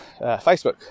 facebook